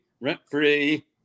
rent-free